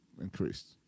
increased